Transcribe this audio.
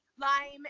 Lime